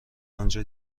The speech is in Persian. انجا